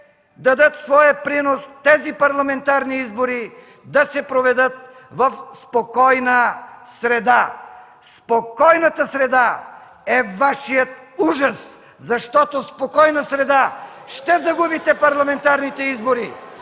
ще дадат своя принос тези парламентарни избори да се проведат в спокойна среда. Спокойната среда е Вашият ужас, защото в спокойна среда ще загубите парламентарните избори.